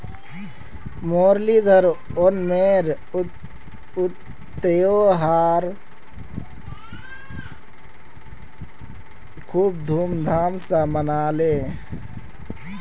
मुरलीधर ओणमेर त्योहार खूब धूमधाम स मनाले